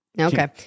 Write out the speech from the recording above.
Okay